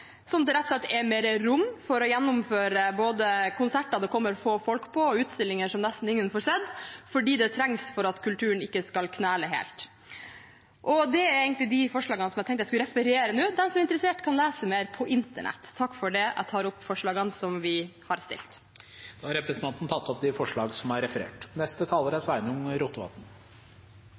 sånn at det rett og slett er mer rom for å gjennomføre både konserter det kommer få folk på og utstillinger som nesten ingen får sett, fordi det trengs for at kulturen ikke skal knele helt. Det er egentlig de forslagene jeg tenkte å referere nå. De som er interessert, kan lese mer på internett. Jeg tar opp forslagene som vi har fremmet. Representanten Marie Sneve Martinussen har tatt opp de